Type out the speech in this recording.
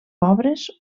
pobres